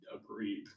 agreed